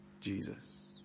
Jesus